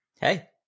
Hey